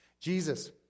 Jesus